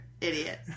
idiot